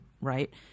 right